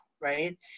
right